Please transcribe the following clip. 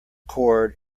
cord